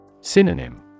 Synonym